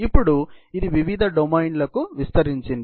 ఇప్పుడు ఇది వివిధ డొమైన్లకు విస్తరించింది